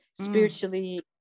spiritually